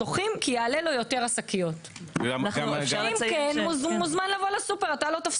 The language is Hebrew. וגם לא מחייבות בשקיות כי הן נותנות עבות יותר בחינם.